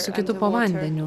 su kitu po vandeniu